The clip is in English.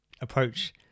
approach